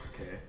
Okay